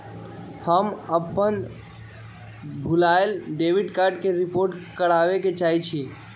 हम अपन भूलायल डेबिट कार्ड के रिपोर्ट करावे के चाहई छी